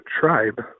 tribe